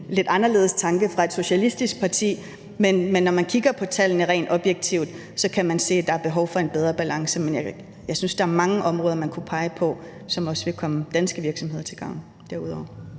lidt anderledes tanke fra et socialistisk parti, men når man kigger på tallene rent objektivt, kan man se, at der er behov for en bedre balance. Men jeg synes derudover, at der er mange områder, man kunne pege på, som også ville komme danske virksomheder til gavn.